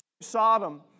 Sodom